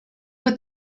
with